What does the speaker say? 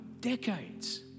decades